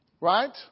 right